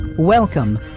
Welcome